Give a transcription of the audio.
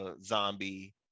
Zombie